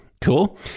Cool